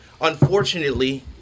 unfortunately